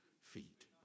feet